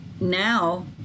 now